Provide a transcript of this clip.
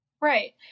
Right